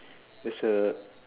there's a